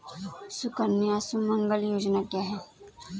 सुकन्या सुमंगला योजना क्या है?